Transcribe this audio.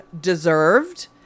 Deserved